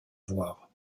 voir